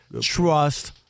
trust